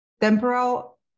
temporal